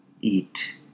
eat